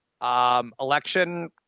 Election